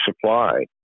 supply